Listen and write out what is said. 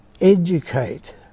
educate